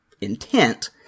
intent